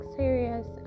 serious